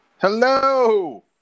Hello